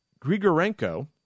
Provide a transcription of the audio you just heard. Grigorenko